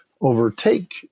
overtake